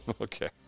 Okay